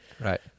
Right